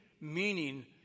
meaning